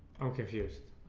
i'm confused.